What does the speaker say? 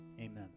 Amen